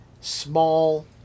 small